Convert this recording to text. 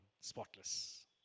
spotless